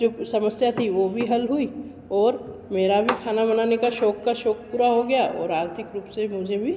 जो समस्या थी वह भी हल हुई और मेरा भी खाना बनाने का शौक़ का शौक़ पूरा हो गया और आर्थिक रूप से मुझे भी